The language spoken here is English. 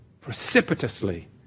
precipitously